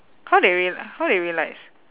how they real~ how they realise